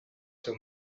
seu